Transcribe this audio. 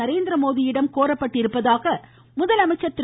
நரேந்திரமோடியிடம் கோரப்பட்டுள்ளதாக முதலமைச்சர் திரு